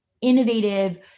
innovative